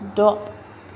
द'